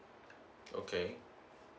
okay